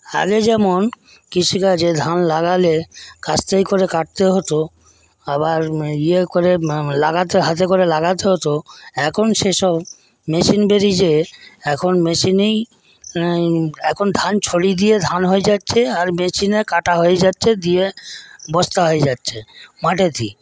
আগে যেমন কৃষিকাজে ধান লাগালে কাস্তেয় করে কাটতে হতো আবার ইয়ে করে লাগাতে হাতে করে লাগাতে হতো এখন সেসব মেশিন বেরিয়েছে এখন মেশিনেই এখন ধান ছড়িয়ে দিয়ে ধান হয়ে যাচ্ছে আর মেশিনে কাটা হয়ে যাচ্ছে দিয়ে বস্তা হয়ে যাচ্ছে মাঠেতেই